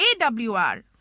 AWR